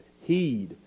heed